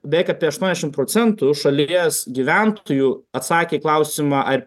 beveik apie aštuoniasdešimt procentų šalies gyventojų atsakė į klausimą ar